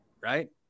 right